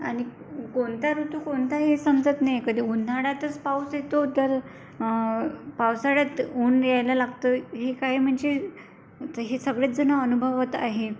आणि कोणता ऋतू कोणताही समजत नाही कधी उन्हाळ्यातच पाऊस येतो तर पावसाळ्यात ऊन यायला लागतं हे काय म्हणजे हे सगळेच जणं अनुभवत आहे